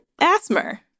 asthma